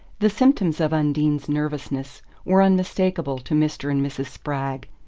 the symptoms of undine's nervousness were unmistakable to mr. and mrs. spragg.